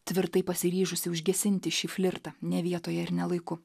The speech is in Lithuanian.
tvirtai pasiryžusi užgesinti šį flirtą ne vietoje ir ne laiku